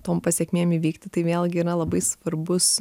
tom pasekmėm įvykti tai vėlgi yra labai svarbus